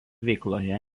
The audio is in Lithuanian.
veikloje